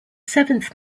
seventh